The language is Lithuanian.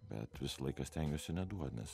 bet visą laiką stengiuosi neduot nes